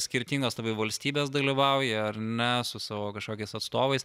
skirtingos valstybės dalyvauja ar ne su savo kažkokias atstovais